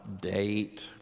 date